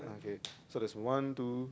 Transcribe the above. okay so there's one two